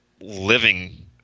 living